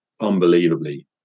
unbelievably